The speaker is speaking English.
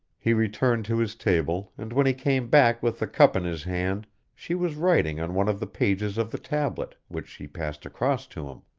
he returned to his table and when he came back with the cup in his hand she was writing on one of the pages of the tablet, which she passed across to him.